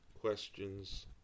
questions